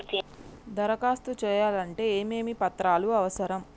దరఖాస్తు చేయాలంటే ఏమేమి పత్రాలు అవసరం?